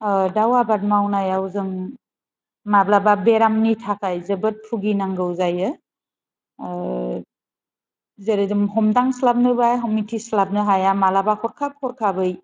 ओ दाउ आबाद मावनायाव जों माब्लाबा बेरामनि थाखाय जोबोत भुगिनांगौ जायो जेरै जों हमदांस्लाबनोबा मिथिस्लाबनो हाया हरखाब हरखाबै